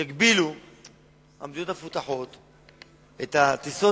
יגבילו המדינות המפותחות את הטיסות